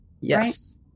Yes